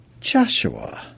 Joshua